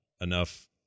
enough